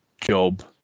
job